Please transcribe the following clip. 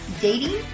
dating